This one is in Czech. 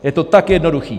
Je to tak jednoduché.